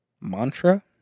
mantra